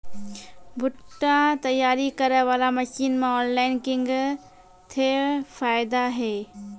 भुट्टा तैयारी करें बाला मसीन मे ऑनलाइन किंग थे फायदा हे?